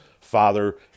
Father